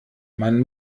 man